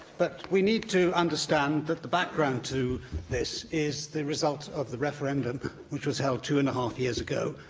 but we need to understand that the background to this is the result of the referendum that was held two and a half years ago.